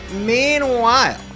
Meanwhile